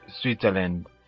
Switzerland